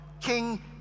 King